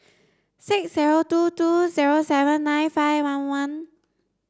six zero two two zero seven nine five one one